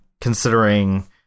considering